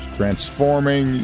transforming